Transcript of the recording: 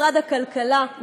משרד הכלכלה,